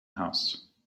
house